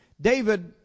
David